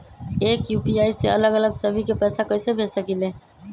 एक यू.पी.आई से अलग अलग सभी के पैसा कईसे भेज सकीले?